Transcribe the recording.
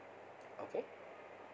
okay